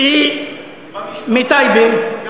שהיא מטייבה, גם